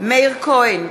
מאיר כהן,